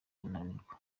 kunanirwa